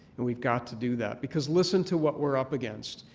and we've got to do that because listen to what we're up against.